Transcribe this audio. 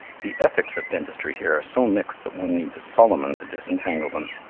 the ethics of dentistry here are so mixed that one needs a solomon to disentangle them.